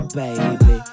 baby